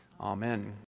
Amen